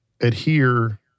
adhere